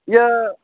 ᱤᱭᱟᱹ